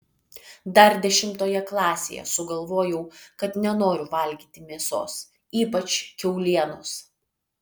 dar dešimtoje klasėje sugalvojau kad nenoriu valgyti mėsos ypač kiaulienos